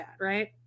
right